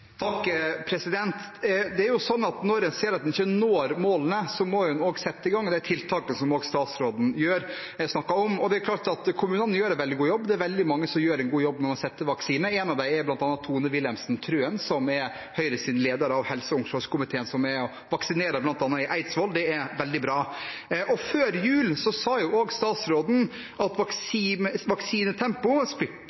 Når en ser at en ikke når målene, må en jo sette i gang de tiltakene som statsråden snakket om. Det er klart at kommunene gjør en veldig god jobb. Det er veldig mange som gjør en god jobb med å sette vaksine. Én av dem er Tone Wilhelmsen Trøen, som er Høyres leder av helse- og omsorgskomiteen, og som vaksinerer bl.a. i Eidsvoll. Det er veldig bra. Før jul sa statsråden at vaksinetempoet spiller inn på nye tiltak. Det betyr at